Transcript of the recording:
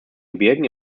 gebirgen